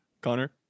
Connor